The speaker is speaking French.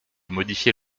modifier